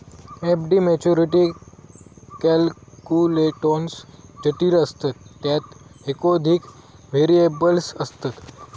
FD maturity calculations जटिल असतत ज्यात एकोधिक व्हेरिएबल्स असतत